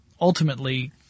ultimately